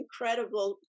incredible